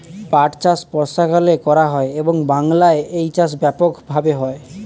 পাট চাষ বর্ষাকালে করা হয় এবং বাংলায় এই চাষ ব্যাপক ভাবে হয়